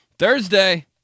Thursday